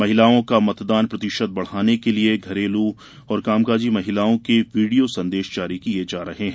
महिलाओं का मतदान प्रतिशत बढ़ाने के लिये घरेलू एवं कामकाजी महिलाओं के वीडियो संदेश जारी किये जा रहे हैं